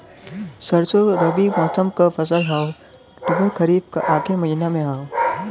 सरसो रबी मौसम क फसल हव अक्टूबर खरीफ क आखिर महीना हव